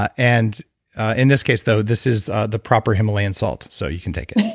ah and in this case though, this is the proper himalayan salt. so you can take it